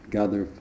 gather